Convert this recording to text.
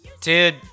Dude